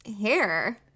hair